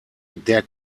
der